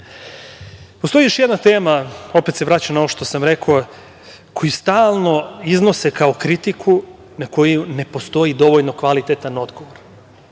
još jedna tema, opet se vraćam na ono što sam rekao, koju stalno iznose kao kritiku na koju ne postoji dovoljno kvalitetan odgovor.